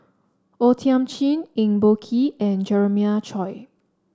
O Thiam Chin Eng Boh Kee and Jeremiah Choy